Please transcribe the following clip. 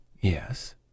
Yes